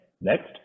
next